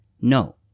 No